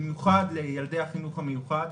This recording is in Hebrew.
במיוחד לילדי החינוך המיוחד.